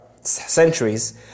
centuries